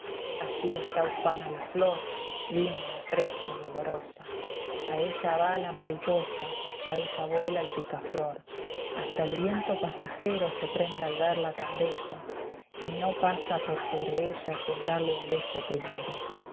allí está ufana la flor linda fresca y olorosa a ella va la mariposa a ella vuela el picaflor hasta el viento pasajero se prenda al verla tan bella y no pasa por sobre ella sin darle un beso primero lástima